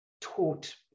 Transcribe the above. taught